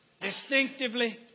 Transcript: Distinctively